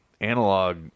analog